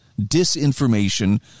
disinformation